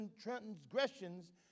transgressions